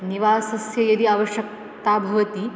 निवासस्य यदि अवश्यकता भवति